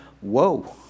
whoa